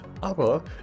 Aber